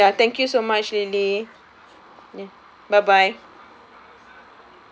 ya ya thank you so much lily ya bye bye